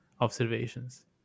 observations